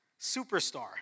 superstar